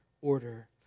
order